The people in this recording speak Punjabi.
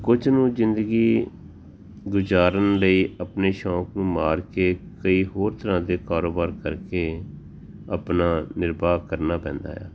ਕੁਝ ਨੂੰ ਜ਼ਿੰਦਗੀ ਗੁਜ਼ਾਰਨ ਲਈ ਆਪਣੇ ਸ਼ੌਂਕ ਨੂੰ ਮਾਰ ਕੇ ਕਈ ਹੋਰ ਤਰ੍ਹਾਂ ਦੇ ਕਾਰੋਬਾਰ ਕਰਕੇ ਆਪਣਾ ਨਿਰਬਾਹ ਕਰਨਾ ਪੈਂਦਾ ਆ